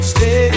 Stay